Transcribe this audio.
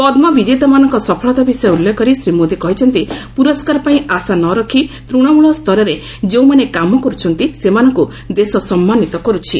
ପଦ୍ମ ବିଜେତାମାନଙ୍କ ସଫଳତା ବିଷୟ ଉଲ୍ଲେଖ କରି ଶ୍ରୀ ମୋଦି କହିଛନ୍ତି ପୁରସ୍କାର ପାଇଁ ଆଶା ନ ରଖି ତୃଣମ୍ବଳସ୍ତରରେ ଯେଉଁମାନେ କାମ କରୁଛନ୍ତି ସେମାନଙ୍କୁ ଦେଶ ସମ୍ମାନିତ କରୁଛି